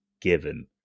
given